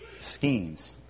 schemes